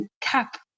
cap